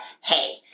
Hey